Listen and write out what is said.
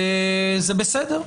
זה בסדר.